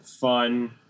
fun